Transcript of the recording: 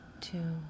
Two